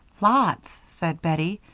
lots, said bettie.